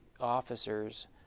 officers